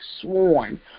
sworn